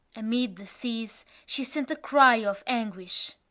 amid the seas she sent a cry of anguish!